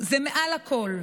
זה מעל הכול,